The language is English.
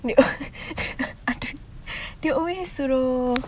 wait I don't they always suruh